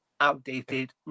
outdated